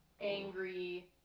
angry